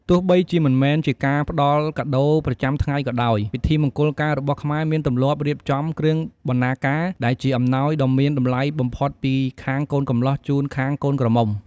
ទោះបីជាមិនមែនជាការផ្តល់កាដូរប្រចាំថ្ងៃក៏ដោយ ពិធីមង្គលការរបស់ខ្មែរមានទម្លាប់រៀបចំ "គ្រឿងបណ្ណាការ" ដែលជាអំណោយដ៏មានតម្លៃបំផុតពីខាងកូនកំលោះជូនខាងកូនក្រមុំ។